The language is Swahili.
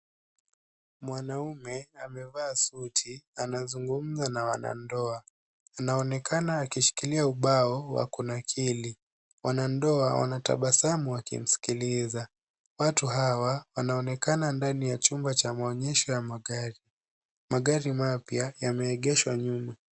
Mwanaume amevaa suti, anazungumza na wanandoa. Anaonekana akishikilia ubao wa kunakili. Wanandoa wanatabasamu wakimsikiliza. Watu hawa wanaonekana ndani ya chumba cha maonyesho ya magari. Magari mapya yameegeshwa nyuma.